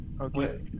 Okay